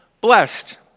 blessed